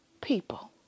people